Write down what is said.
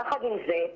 יחד עם זה,